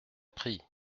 prie